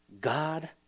God